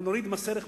נוריד מס ערך מוסף,